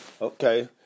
Okay